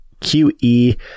QE